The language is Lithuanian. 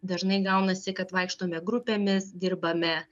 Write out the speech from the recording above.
dažnai gaunasi kad vaikštome grupėmis dirbame